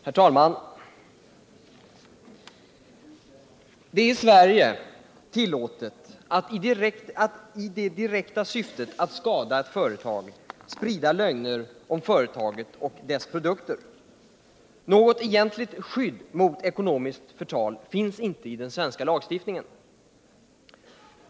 Herr talman! Det är i Sverige tillåtet att i det direkta syftet att skada ett företag sprida lögner om företaget och dess produkter. Något egentligt skydd mot ekonomiskt förtal finns inte i den svenska lagstiftningen.